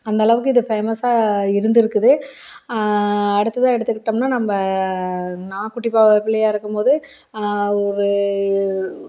அந்த அளவுக்கு இது ஃபேமஸ்ஸாக இருந்துருக்குது அடுத்ததாக எடுத்துக்கிட்டோம்னா நம்ப நான் குட்டி பா பிள்ளையாக இருக்கும் போது ஒரு